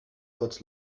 kurz